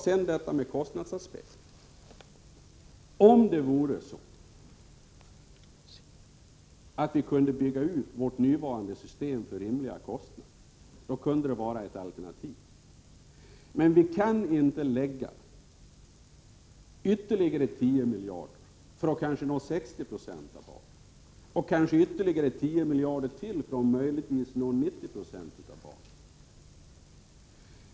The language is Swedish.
Beträffande kostnadsaspekten vill jag säga följande. Om vi kunde bygga ut vårt nuvarande system till rimliga kostnader, kunde det vara ett alternativ. Men vi kan inte lägga till ytterligare 10 miljarder för att kanske nå 60 20 av barnen och måhända ytterligare 10 miljarder för att möjligtvis nå 90 6 av barnen.